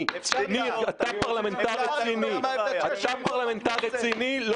אתה פרלמנטר רציני,